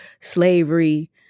slavery